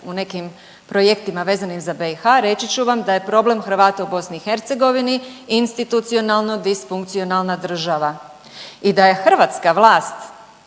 u nekim projektima vezanim za BiH, reći ću vam da je problem Hrvata u BiH institucionalno disfunkcionalna država. I da je hrvatska vlast